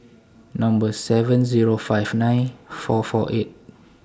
Number seven Zero five nine four four eight